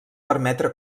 permetre